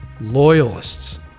loyalists